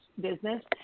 business